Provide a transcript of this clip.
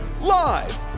Live